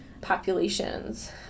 populations